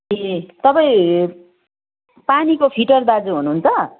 ए तपाईँ पानीको फिटर दाजु हुनुहुन्छ